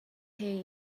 hear